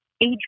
age